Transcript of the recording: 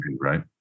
Right